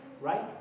Right